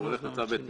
הוא הולך לבית משפט.